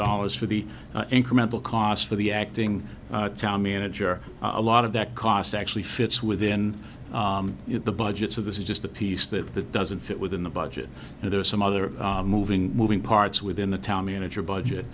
dollars for the incremental cost for the acting town manager a lot of that cost actually fits within the budget so this is just a piece that doesn't fit within the budget and there are some other moving moving parts within the town manager budget